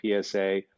PSA